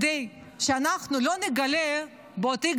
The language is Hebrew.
כדי שאנחנו לא נגלה עוד פעם,